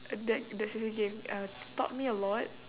that the C_C_A gave uh taught me a lot